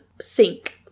sink